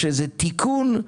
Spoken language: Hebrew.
אין להם בית וכן בסיוע בשכר דירה.